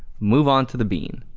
move on to the bean,